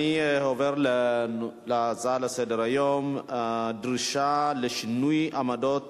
אני עובר להצעות לסדר-היום: דרישה לשינוי עמדת